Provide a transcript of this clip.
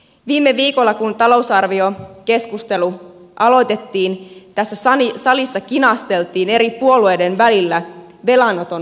viime viikolla kun talousarviokeskustelu aloitettiin tässä salissa kinasteltiin eri puolueiden välillä velanoton määrästä